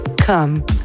Come